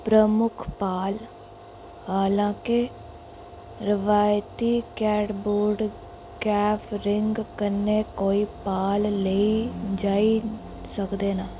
प्रमुख पाल हालांके रवायती कैडवोड़ कैफ रेंग करने पाल लेई जाई सकदे न